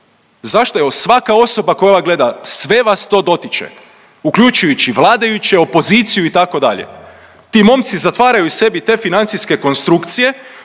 Zašto? Evo svaka osoba koja ovo gleda sve vas to dotiče uključujući vladajuće, opoziciju itd. Ti momci zatvaraju i sebi te financijske konstrukcije,